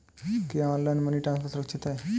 क्या online money transfer सुरक्षित है?